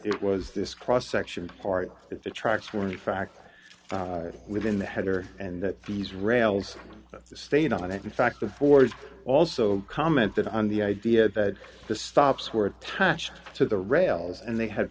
it was this cross section part if the tracks were in fact within the header and that these rails stayed on it in fact the force also commented on the idea that the stops were attached to the rails and they had a